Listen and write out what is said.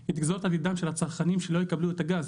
היא-היא זו שתגזור את עתידם של הצרכנים שלא יקבלו את הגז.